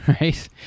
right